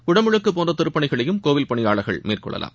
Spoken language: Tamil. குடமுழுக்கு போன்ற திருப்பணிகளையும் கோவில் பணியாளர்கள் மேற்கொள்ளலாம்